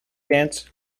dance